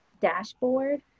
dashboard